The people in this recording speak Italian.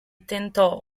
tentò